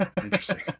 Interesting